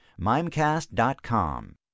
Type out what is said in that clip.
Mimecast.com